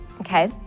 Okay